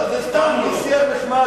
זה סתם, דו-שיח נחמד.